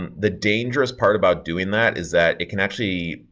um the dangerous part about doing that is that it can actually,